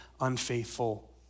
unfaithful